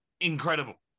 incredible